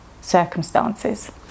circumstances